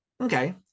okay